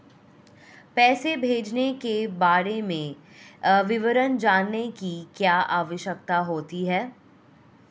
पैसे भेजने के बारे में विवरण जानने की क्या आवश्यकता होती है?